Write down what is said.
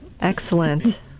Excellent